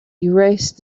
erased